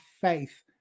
faith